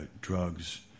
drugs